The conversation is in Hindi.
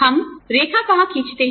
हम रेखा कहां खींचते हैं